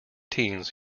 teens